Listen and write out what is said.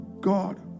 God